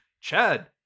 Chad